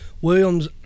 Williams